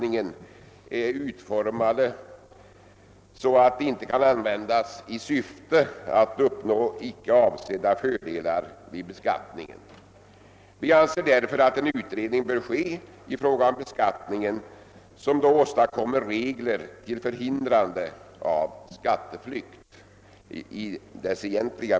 Den omständigheten att under senare år den allmänna försäkringen successivt utbyggts och förbättrats har i och för sig inte minskat behovet av ' kompletterande försäkringsskydd. Utskottet vill här endast peka på angelägenheten av att genom försäkringar trygga försörjningen av sjuka eller invalidiserade anhöriga.